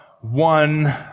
one